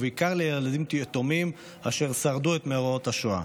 ובעיקר לילדים יתומים אשר שרדו את מוראות השואה.